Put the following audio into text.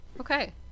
Okay